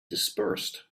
dispersed